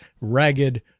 ragged